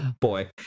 Boy